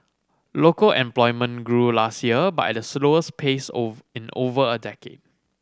local employment grew last year but at the slowest pace in over a decade